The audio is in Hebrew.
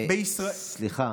בישראל, סליחה,